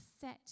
set